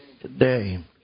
today